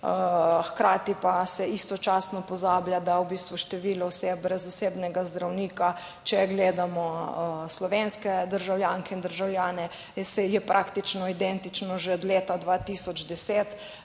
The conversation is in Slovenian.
hkrati pa se istočasno pozablja, da v bistvu število oseb brez osebnega zdravnika, če gledamo slovenske državljanke in državljane, se je praktično identično že od leta 2010,